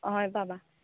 হয় পাবা